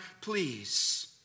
please